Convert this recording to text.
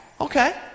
Okay